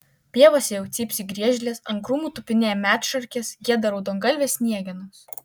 pievose jau cypsi griežlės ant krūmų tupinėja medšarkės gieda raudongalvės sniegenos